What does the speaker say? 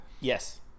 yes